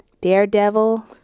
Daredevil